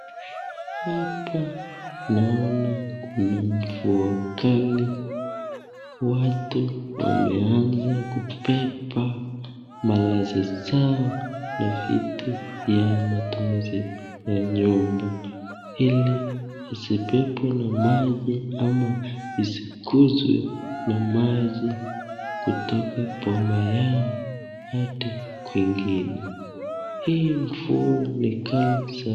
Hapa naona kuna mvua kali, watu wameanza kubeba malazi zao na vitu vya matumizi ya nyumba ili isibebwe na maji ama isikuzwe na maji kutoka boma yao hadi kwingine. Hii mvua ni kali sana.